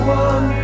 one